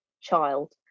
child